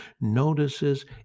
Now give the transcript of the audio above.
notices